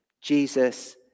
Jesus